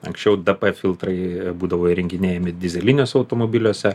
anksčiau dp filtrai būdavo įrenginėjami dyzeliniuose automobiliuose